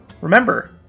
remember